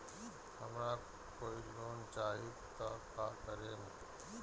हमरा कोई लोन चाही त का करेम?